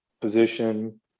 position